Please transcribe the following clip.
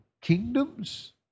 kingdoms